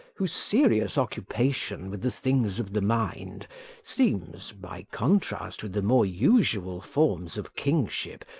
whose serious occupation with the things of the mind seems, by contrast with the more usual forms of kingship,